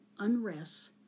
unrests